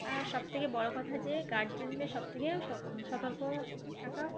আর সবথেকে বড়ো কথা যে গার্জেনদের সবথেকে সতর্ক থাকা